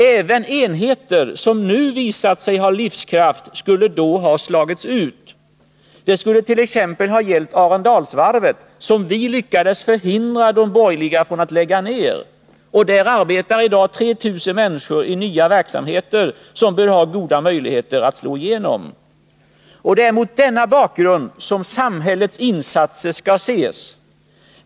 Även enheter som nu visat sig ha livskraft skulle då ha slagits ut. Det skulle t.ex. ha gällt Arendalsvarvet, som vi lyckades förhindra de borgerliga att lägga ner. Där arbetar i dag 3 000 människor i nya verksamheter, som bör ha goda möjligheter att slå igenom. Det är mot denna bakgrund som samhällets insatser skall ses.